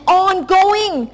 ongoing